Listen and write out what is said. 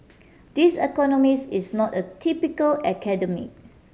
this economist is not a typical academic